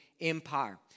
Empire